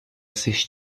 sicht